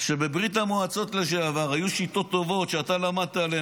שבברית המועצות לשעבר היו שיטות טובות שאתה למדת עליהן,